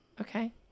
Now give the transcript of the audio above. okay